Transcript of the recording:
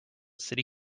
city